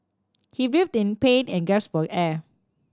he writhed in pain and gasped for air